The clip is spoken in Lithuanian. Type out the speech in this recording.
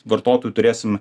vartotojų turėsime